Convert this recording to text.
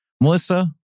Melissa